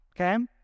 Okay